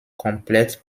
komplett